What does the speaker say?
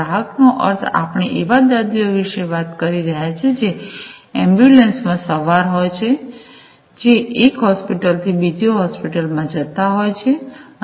ગ્રાહકનો અર્થ આપણે એવા દર્દીઓ વિશે વાત કરી રહ્યા છીએ જે એમ્બ્યુલન્સમાં સવાર હોય છે જે એક હોસ્પિટલથી બીજી હોસ્પિટલમાં જતા હોય છે